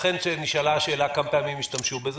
לכן כשנשאלה השאלה כמה פעמים השתמשו בזה,